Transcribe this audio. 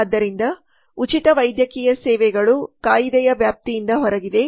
ಆದ್ದರಿಂದ ಉಚಿತ ವೈದ್ಯಕೀಯ ಸೇವೆಗಳು ಕಾಯಿದೆಯ ವ್ಯಾಪ್ತಿಯಿಂದ ಹೊರಗಿದೆ